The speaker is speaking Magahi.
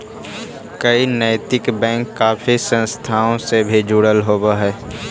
कई नैतिक बैंक काफी संस्थाओं से भी जुड़े होवअ हई